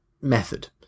method